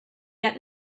get